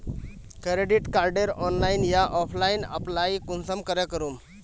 Credit कार्डेर online या offline apply कुंसम करे करूम?